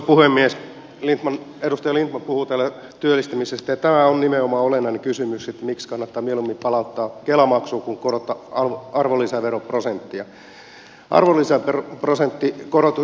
edustaja lindtman puhui täällä työllistämisestä ja tämä on nimenomaan olennainen kysymys miksi kannattaa mieluummin palauttaa kela maksu kuin korottaa arvonlisäveroprosenttia